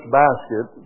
basket